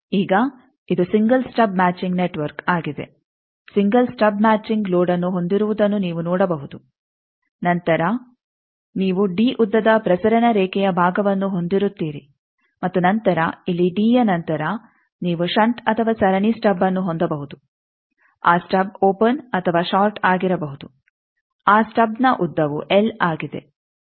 ಈಗ ಇದು single stub matching network ಆಗಿದೆ ಸಿಂಗಲ್ ಸ್ಟಬ್ ಮ್ಯಾಚಿಂಗ್ ಲೋಡ್ಅನ್ನು ಹೊಂದಿರುವುದನ್ನು ನೀವು ನೋಡಬಹುದು ನಂತರ ನೀವು ಡಿ ಉದ್ದದ ಪ್ರಸರಣ ರೇಖೆಯ ಭಾಗವನ್ನು ಹೊಂದಿರುತ್ತೀರಿ ಮತ್ತು ನಂತರ ಇಲ್ಲಿ ಡಿ ಯ ನಂತರ ನೀವು ಷಂಟ್ ಅಥವಾ ಸರಣಿ ಸ್ಟಬ್ಅನ್ನು ಹೊಂದಬಹುದು ಆ ಸ್ಟಬ್ ಓಪೆನ್ ಅಥವಾ ಷಾರ್ಟ್ ಆಗಿರಬಹುದು ಆ ಸ್ಟಬ್ನ ಉದ್ದವು ಎಲ್ ಆಗಿದೆ